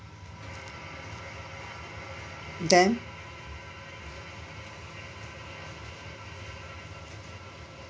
then